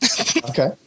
Okay